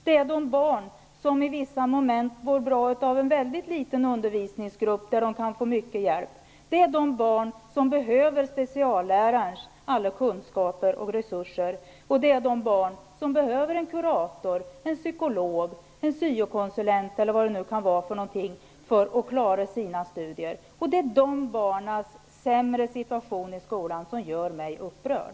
Det är de barn som i vissa moment mår bra av en mycket liten undervisningsgrupp, där de kan få mycket hjälp. Det är de barn som behöver speciallärarens alla kunskaper och resurser och som behöver en kurator, en psykolog, en syo-konsulent osv. för att klara sina studier. Det är de barnens sämre situation i skolan som gör mig upprörd.